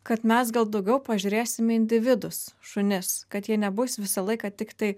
kad mes gal daugiau pažiūrėsim individus šunis kad jie nebus visą laiką tiktai